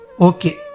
Okay